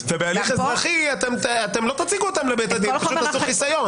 או כתוצאה מביצוע עבירה כאמור.